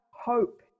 hope